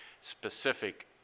specific